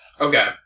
Okay